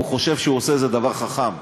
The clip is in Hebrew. הוא חושב שהוא עושה איזה דבר חכם.